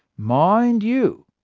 mind you,